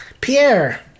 Pierre